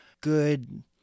good